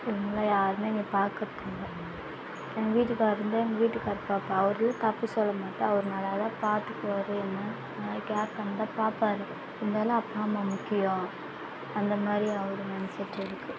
இவங்களாம் யாருமே என்னையை பார்க்கறதுக்கு இல்லை எங்கள் வீட்டுக்கார் இருந்தால் எங்கள் வீட்டுக்கார் பார்ப்பான் அவர் தப்பு சொல்ல மாட்டேன் அவர் நல்லா தான் பார்த்துக்குவாரு என்ன நல்லா கேர் பண்ணி தான் பார்ப்பாரு இருந்தாலும் அப்போ நாம முக்கியம் அந்த மாதிரி அவர் நினச்சிட்டு இருக்கு